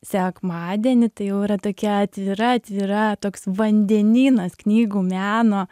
sekmadienį tai jau yra tokia atvira atvira toks vandenynas knygų meno